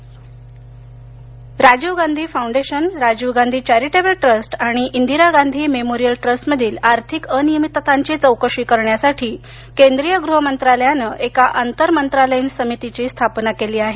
Rajiv Gandhi foundation Rajiv Gandhi foundation Rajiv Gandhi charitable trust आणि Indira Gandhi memorial ट्रस्टमधील आर्थिक अनियमिततांची चौकशी करण्यासाठी केंद्रीय गृह मंत्रालयानं एका आंतर मंत्रीलयीन समितीची स्थापना केली आहे